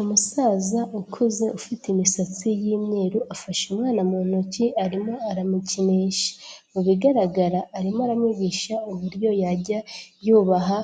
Umusaza ukuze ufite imisatsi yimweruru afashe umwana mu ntoki arimo aramukinisha, mu bigaragara arimo aramwihisha uburyo yajya yubaha